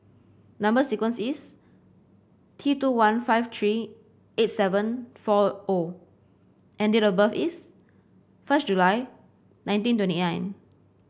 number sequence is T two one five three eight seven four O and date of birth is first July nineteen twenty nine